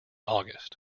august